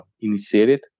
initiated